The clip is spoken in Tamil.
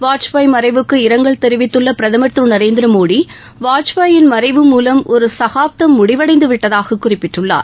வாஜ்பாய் மறைவுக்கு இரங்கல் தெரிவித்துள்ள பிரதமா் திரு நரேந்திரமோடி வாஜ்பாயின் மறைவு மூலம் ஒரு சகாப்தம் முடிவடைந்து விட்டதாகக் குறிப்பிட்டுள்ளார்